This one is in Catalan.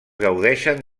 gaudeixen